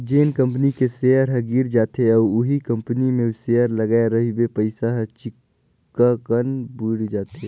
जेन कंपनी के सेयर ह गिर जाथे अउ उहीं कंपनी मे सेयर लगाय रहिबे पइसा हर चिक्कन बुइड़ जाथे